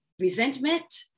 resentment